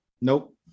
Nope